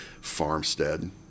farmstead